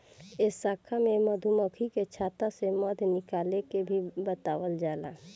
ए शाखा में मधुमक्खी के छता से मध निकाले के भी बतावल जाला